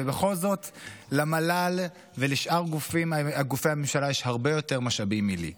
ובכל זאת למל"ל ולשאר גופי הממשלה יש הרבה יותר משאבים מאשר לי.